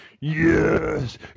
Yes